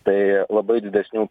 tai labai didesnių